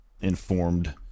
informed